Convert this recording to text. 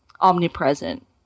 omnipresent